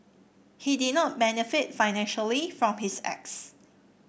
he did not benefit financially from his acts